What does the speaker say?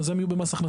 אז הם יהיו במס הכנסה.